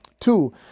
two